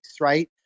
right